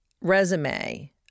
resume